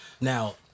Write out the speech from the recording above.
Now